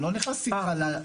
אני לא נכנס לעשרות.